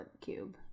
cube